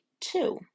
two